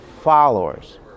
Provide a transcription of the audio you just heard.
followers